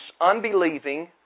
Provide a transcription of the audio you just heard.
unbelieving